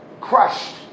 Crushed